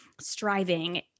striving